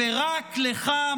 ורק לך,